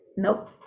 Nope